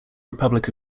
republic